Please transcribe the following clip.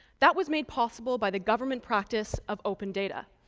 that was made possible by the government practice of open data.